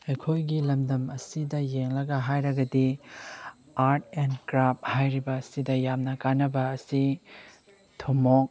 ꯑꯩꯈꯣꯏꯒꯤ ꯂꯝꯗꯝ ꯑꯁꯤꯗ ꯌꯦꯡꯂꯒ ꯍꯥꯏꯔꯒꯗꯤ ꯑꯥꯔꯠ ꯑꯦꯟ ꯀꯥꯔꯐ ꯍꯥꯏꯔꯤꯕ ꯑꯁꯤꯗ ꯌꯥꯝꯅ ꯀꯥꯟꯅꯕ ꯑꯁꯤ ꯊꯨꯝꯃꯣꯛ